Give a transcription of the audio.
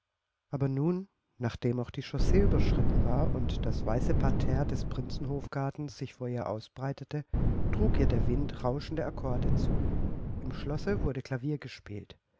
aber nun nachdem auch die chaussee überschritten war und das weite parterre des prinzenhofgartens sich vor ihr hinbreitete trug ihr der wind rauschende akkorde zu im schlosse wurde klavier gespielt